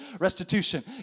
restitution